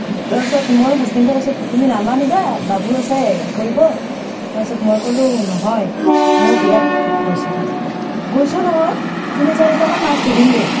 পাছত মোৰ হাজবেণ্ডে কৈছো তুমি নানামিবা বাবু আছে হেৰি কৰিব তাৰপাছত মই ক'লো নহয় মোৰ বিৰাট গৈছে মাছ ধৰিব গৈছো নহয় তিনি চাৰিটামান মাছ ধৰিলোৱেই